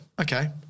okay